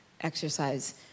exercise